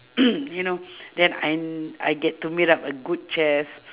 you know then I I get to meet up a good chef